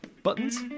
Buttons